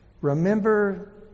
Remember